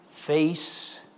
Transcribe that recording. face